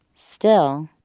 still,